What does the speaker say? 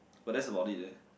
but that's about it eh